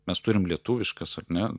mes turim lietuviškas ar ne